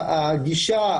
הגישה,